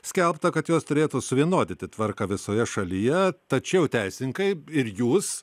skelbta kad jos turėtų suvienodinti tvarką visoje šalyje tačiau teisininkai ir jūs